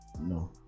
No